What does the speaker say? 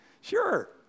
Sure